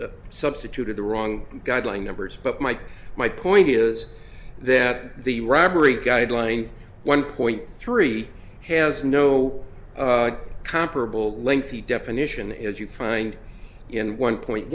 substituted the wrong guideline numbers but mike my point is that the robbery guideline one point three has no comparable lengthy definition is you find in one point